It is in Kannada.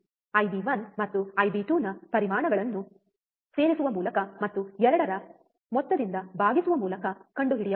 ಐಬಿ1 ಮತ್ತು ಐಬಿ2 ನ ಪರಿಮಾಣಗಳನ್ನು ಸೇರಿಸುವ ಮೂಲಕ ಮತ್ತು 2 ರ ಮೊತ್ತದಿಂದ ಭಾಗಿಸುವ ಮೂಲಕ ಕಂಡುಹಿಡಿಯಬಹುದು